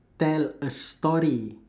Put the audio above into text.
tell a story